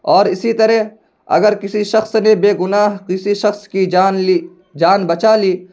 اور اسی طرح اگر کسی شخص نے بے گناہ کسی شخص کی جان لی جان بچالی